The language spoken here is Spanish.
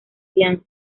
fianza